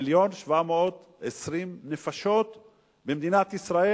מיליון ו-720,000 נפשות במדינת ישראל,